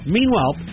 Meanwhile